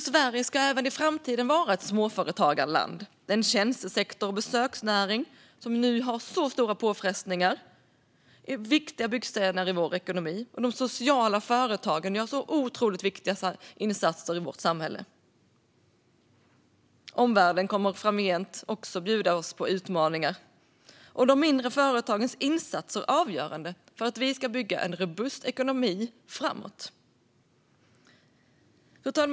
Sverige ska nämligen även i framtiden vara ett småföretagarland. Den tjänstesektor och besöksnäring som nu har så stora påfrestningar är viktiga byggstenar i vår ekonomi. Och de sociala företagen gör så otroligt viktiga insatser i vårt samhälle. Omvärlden kommer framgent också att bjuda oss på utmaningar. De mindre företagens insatser är avgörande för att vi ska bygga en robust ekonomi framåt. Fru talman!